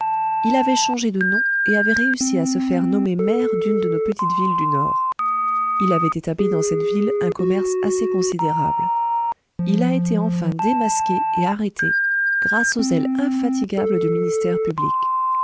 il avait changé de nom et avait réussi à se faire nommer maire d'une de nos petites villes du nord il avait établi dans cette ville un commerce assez considérable il a été enfin démasqué et arrêté grâce au zèle infatigable du ministère public